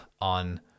on